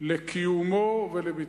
קיומו וביטחונו.